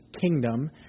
kingdom